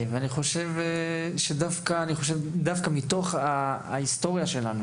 אני חושב שדווקא מתוך ההיסטוריה שלנו